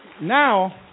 Now